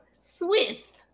Swift